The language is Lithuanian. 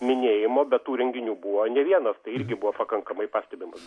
minėjimo bet tų renginių buvo ne vienas tai irgi buvo pakankamai pastebimas